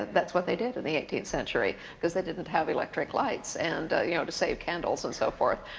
that's what they did in the eighteenth century because they didn't have electric lights, and you know to save candles and so forth.